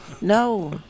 No